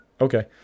Okay